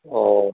অঁ